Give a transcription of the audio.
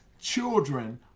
children